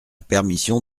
permission